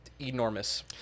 enormous